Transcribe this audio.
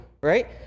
Right